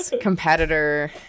competitor